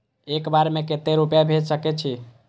एक बार में केते रूपया भेज सके छी?